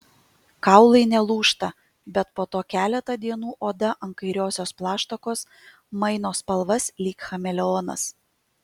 kaulai nelūžta bet po to keletą dienų oda ant kairiosios plaštakos maino spalvas lyg chameleonas